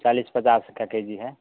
चालीस पचास का के जी